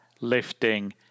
lifting